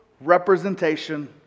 representation